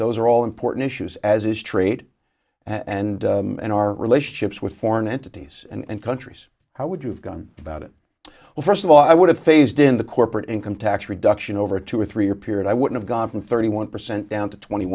those are all important issues as is straight and and our relationships with foreign entities and countries how would you have gone about it well first of all i would have phased in the corporate income tax reduction over to a three year period i would have gone from thirty one percent down to twenty